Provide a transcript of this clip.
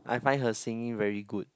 I find her singing very good